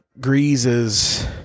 grease's